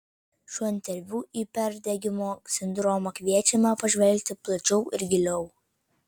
šiuo interviu į perdegimo sindromą kviečiame pažvelgti plačiau ir giliau